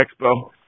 Expo